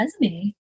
resume